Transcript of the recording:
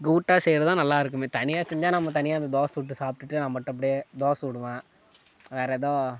கூட்டாக செய்கிறது தான் நல்லாருக்கும் தனியாக செஞ்சால் நம்ம தனியாக இந்த தோசை சுட்டு சாப்பிட்டுட்டு நான் மட்டும் அப்படியே தோசை சுடுவேன் வேற எதுவும்